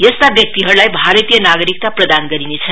यस्ता व्यक्तिहरुलाई भारतीय नागरिकता प्रदान गरिनेछ